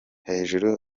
hejuru